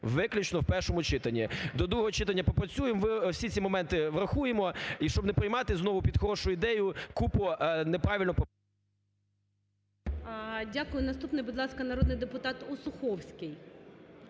Виключно в першому читанні. До другого читання попрацюємо, всі ці моменти врахуємо і щоб не приймати знову під хорошу ідею купу неправильно… ГОЛОВУЮЧИЙ. Дякую. Наступний, будь ласка, народний депутат Осуховський.